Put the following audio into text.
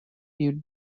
you